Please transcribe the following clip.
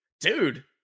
Dude